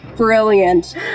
Brilliant